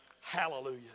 Hallelujah